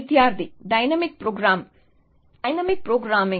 విద్యార్థి dynamic program dynamic programming